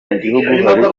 hari